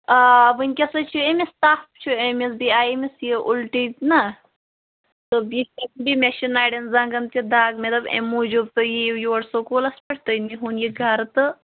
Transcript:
آ وٕنکٮ۪سٕے چھُ أمِس تَپھ چھُ أمِس بیٚیہِ آیہِ أمِس یہِ اُلٹی نَہ مےٚ چھِ نرٮ۪ن زنٛگَن تہِ دَگ مےٚ دوٚپ امہِ موٗجوٗب تُہۍ اِیِو یور سکوٗلَس پٮ۪ٹھ تُہۍ نیٖہُن یہِ گَرٕ تہٕ